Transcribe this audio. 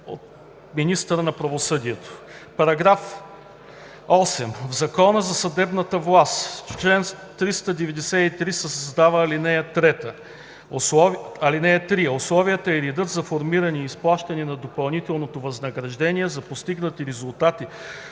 на министъра на правосъдието.“ § 8. В Закона за съдебната власт в чл. 393 се създава ал. 3: „(3) Условията и редът за формиране и изплащане на допълнителното възнаграждение за постигнати резултати